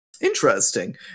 Interesting